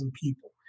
people